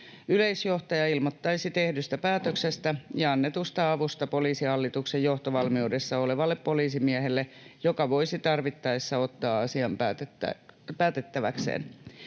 Yleisjohtaja ilmoittaisi tehdystä päätöksestä ja annetusta avusta Poliisihallituksen johtovalmiudessa olevalle poliisimiehelle, joka voisi tarvittaessa ottaa asian päätettäväkseen.